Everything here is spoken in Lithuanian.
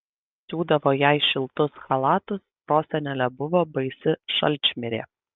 siūdavo jai šiltus chalatus prosenelė buvo baisi šalčmirė